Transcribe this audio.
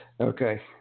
Okay